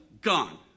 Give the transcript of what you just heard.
gone